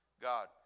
God